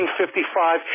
1955